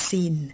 Seen